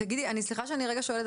סליחה שאני רגע שואלת,